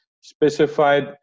specified